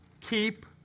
Keep